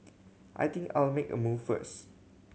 I think I'll make a move first